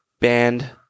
Band